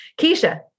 Keisha